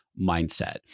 mindset